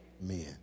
Men